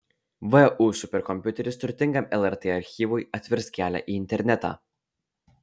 vu superkompiuteris turtingam lrt archyvui atvers kelią į internetą